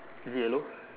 is it yellow